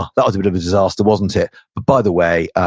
ah that was a bit of a disaster, wasn't it? by the way,